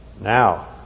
Now